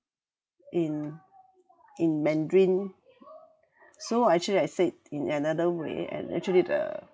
in in mandarin so actually I said in another way and actually the